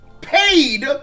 paid